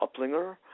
Uplinger